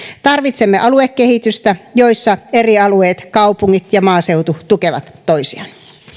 tarvitsemme aluekehitystä jossa eri alueet kaupungit ja maaseutu tukevat toisiaan